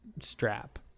Strap